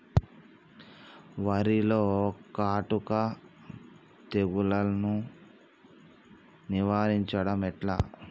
వరిలో కాటుక తెగుళ్లను నివారించడం ఎట్లా?